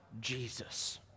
Jesus